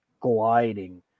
gliding